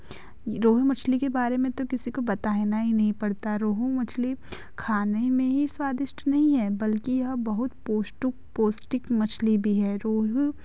रोहू मछली के बारे में तो किसी को बताना ही नहीं पड़ता रोहू मछली खाने में ही स्वादिष्ट ही नहीं है बल्कि यह बहुत पौष्टिक पौष्टिक मछली भी है रोहू